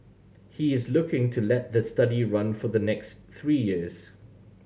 he is looking to let the study run for the next three years